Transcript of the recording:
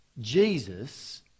Jesus